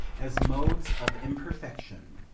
as modes of imperfection.